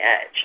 edge